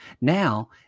Now